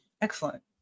Excellent